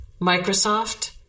Microsoft